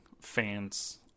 fans